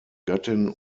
gattin